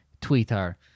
Twitter